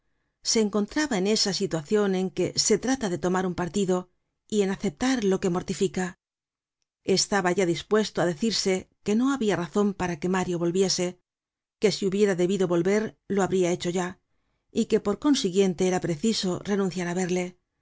se encontraba en esa situacion en que se trata de tomar un partido y en aceptar lo que mortifica estaba ya dispuesto á decirse que no habia razon para que mario volviese que si hubiera debido volver lo habria hecho ya y que por consiguiente era preciso renunciar á verle